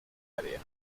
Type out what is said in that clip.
área